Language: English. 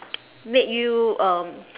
make you um